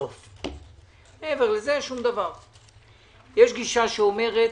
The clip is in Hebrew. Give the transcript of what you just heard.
יש גישה שאומרת: